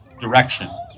direction